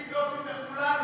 מטיל דופי בכולנו.